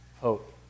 hope